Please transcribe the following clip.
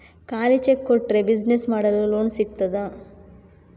ಖಾಲಿ ಚೆಕ್ ಕೊಟ್ರೆ ಬಿಸಿನೆಸ್ ಮಾಡಲು ಲೋನ್ ಸಿಗ್ತದಾ?